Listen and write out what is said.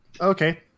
Okay